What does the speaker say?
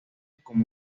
como